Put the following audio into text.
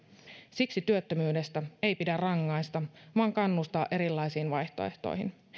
siksi työttömyydestä ei pidä rangaista vaan kannustaa erilaisiin vaihtoehtoihin